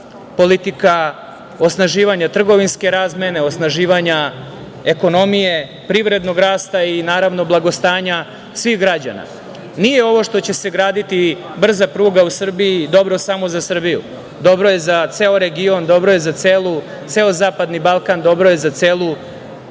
politika osnaživanja trgovinske razmene, osnaživanja ekonomije, privrednog rasta i naravno blagostanja svih građana. Nije ovo što će se graditi brza pruga u Srbiji dobro samo za Srbiju. Dobro je za ceo region, dobro je za ceo Zapadni Balkan, dobro je za celu